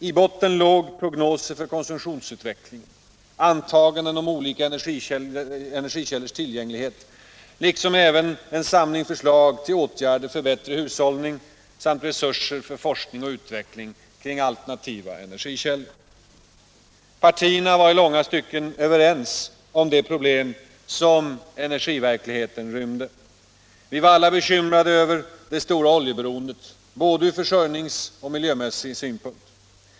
I botten låg prognoser för konsumtionsutvecklingen, antaganden om olika energikällors tillgänglighet liksom även en samling förslag till åtgärder för bättre hushållning samt resurser för forskning och utveckling kring alternativa energikällor. Partierna var i långa stycken överens om de problem som energiverkligheten rymde. Vi var alla bekymrade över det stora oljeberoendet både från försörjningsmässig och från miljömässig synpunkt.